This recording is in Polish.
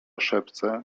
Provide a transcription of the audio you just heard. szepce